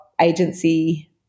agency